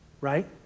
right